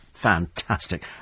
fantastic